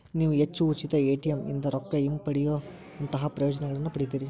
ನೇವು ಹೆಚ್ಚು ಉಚಿತ ಎ.ಟಿ.ಎಂ ಇಂದಾ ರೊಕ್ಕಾ ಹಿಂಪಡೆಯೊಅಂತಹಾ ಪ್ರಯೋಜನಗಳನ್ನ ಪಡಿತೇರಿ